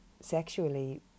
sexually